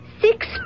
six